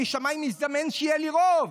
משמיים הזדמן שיהיה לי רוב,